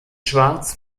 schwarz